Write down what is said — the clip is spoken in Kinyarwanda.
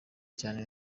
cyane